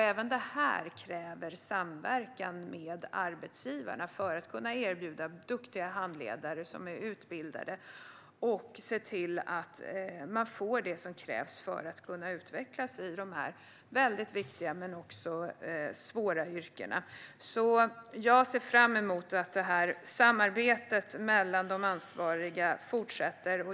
Även detta kräver samverkan med arbetsgivarna för att man ska kunna erbjuda duktiga handledare som är utbildade och se till att studenterna får det som krävs för att de ska kunna utvecklas i dessa viktiga och svåra yrken. Jag ser fram emot att samarbetet mellan de ansvariga fortsätter.